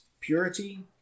purity